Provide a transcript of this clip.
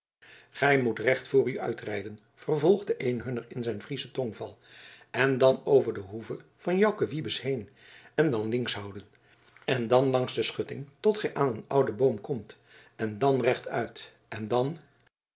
gij moet recht voor u uitrijden vervolgde een hunner in zijn frieschen tongval en dan over de hoeve van jouke wybes heen en dan links houden en dan langs de schutting tot gij aan een ouden boom komt en dan rechtuit en dan